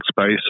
space